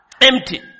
Empty